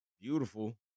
beautiful